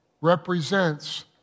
represents